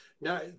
Now